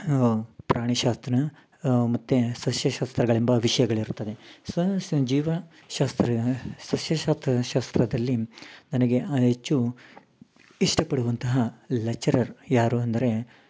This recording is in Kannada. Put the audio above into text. ಪ್ರಾಣಿಶಾಸ್ತ್ರ ಮತ್ತು ಸಸ್ಯಶಾಸ್ತ್ರಗಳೆಂಬ ವಿಷಯಗಳಿರುತ್ತದೆ ಸಸ್ ಜೀವಶಾಸ್ತ್ರ ಸಸ್ಯಶಾಸ್ತ್ರ ಶಾಸ್ತ್ರದಲ್ಲಿ ನನಗೆ ಹೆಚ್ಚು ಇಷ್ಟಪಡುವಂತಹ ಲೆಚ್ಚರರ್ ಯಾರು ಅಂದರೆ